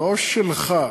לא שלך,